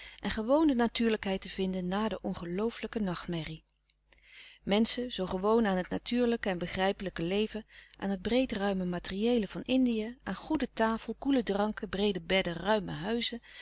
en gewone natuurlijkheid te vinden na de ongelooflijke nachtmerrie menschen zoo gewoon aan het natuurlijke en begrijpelijke leven aan het breed ruime materieele van indië aan goede tafel koele dranken breede bedden ruime huizen